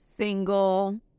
Single